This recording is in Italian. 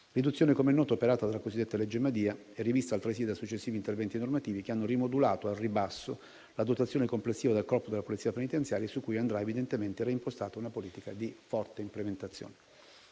riduzione - com'è noto - è stata operata dalla cosiddetta legge Madia e rivista altresì da successivi interventi normativi, che hanno rimodulato al ribasso la dotazione complessiva del Corpo della polizia penitenziaria, su cui andrà evidentemente reimpostata una politica di forte implementazione.